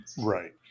right